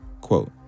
quote